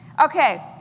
Okay